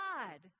God